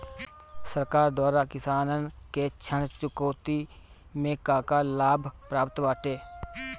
सरकार द्वारा किसानन के ऋण चुकौती में का का लाभ प्राप्त बाटे?